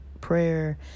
prayer